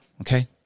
okay